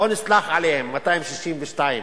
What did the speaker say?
בואו נסלח עליהן, 263,